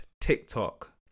TikTok